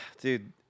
dude